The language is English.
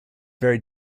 very